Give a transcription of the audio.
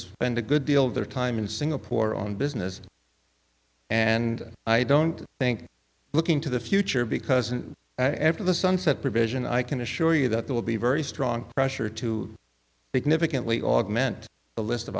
spend a good deal of their time in singapore on business and i don't think looking to the future because an after the sunset provision i can assure you that there will be very strong pressure to begin ific and we augment the list of